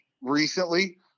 recently